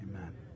Amen